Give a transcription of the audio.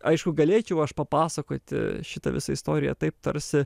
aišku galėčiau aš papasakoti šitą visą istoriją taip tarsi